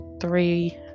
three